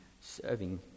serving